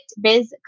Biz